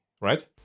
right